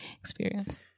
experience